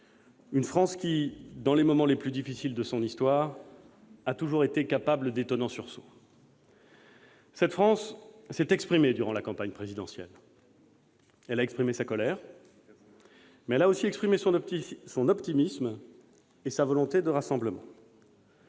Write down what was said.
une France qui, dans les moments les plus difficiles de son histoire, a toujours été capable d'étonnants sursauts. Cette France s'est exprimée durant la campagne présidentielle. Elle a exprimé sa colère, mais elle a aussi exprimé son optimisme et sa volonté de rassemblement.